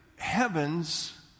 heavens